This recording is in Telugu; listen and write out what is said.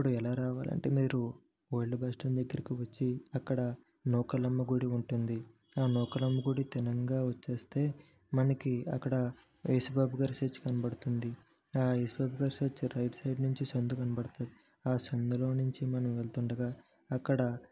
ఇప్పుడు ఎలా రావాలంటే మీరు ఓల్డ్ బస్ స్టాండ్ దగ్గరకు వచ్చి అక్కడ నూకాలమ్మ గుడి ఉంటుంది ఆ నూకాలమ్మ గుడి తిన్నగా వచ్చేస్తే మనకి అక్కడ యేసు బాబు గారి చర్చి కనపడుతుంది ఆ యేసు బాబు గారి చర్చి రైట్ సైడ్ నుంచి సందు కనపడుతుంది ఆ సందులో నుంచి మనం వెళ్తుండగా అక్కడ